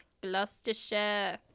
Gloucestershire